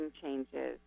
changes